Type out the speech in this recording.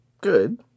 Good